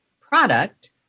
product